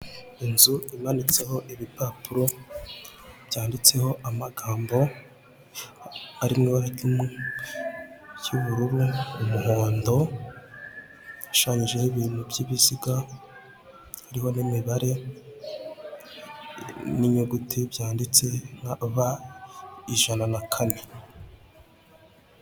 Inzu imanitseho ibipapuro byanditseho amagambo ari mw'ibara ry'ubururu, umuhondo. Hashushanyijeho ibintu by'ibiziga, hariho n'imibare, n'inyuguti byanditse nka "b, ijana na kane".